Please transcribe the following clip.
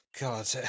God